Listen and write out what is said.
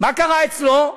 מה קרה אצלו?